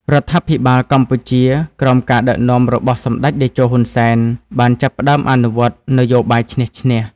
រដ្ឋាភិបាលកម្ពុជាក្រោមការដឹកនាំរបស់សម្ដេចតេជោ ហ៊ុន សែន បានចាប់ផ្ដើមអនុវត្ត «នយោបាយឈ្នះ-ឈ្នះ»។